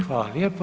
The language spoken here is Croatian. Hvala lijepa.